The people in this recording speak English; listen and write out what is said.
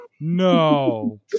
No